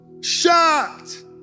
shocked